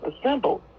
assembled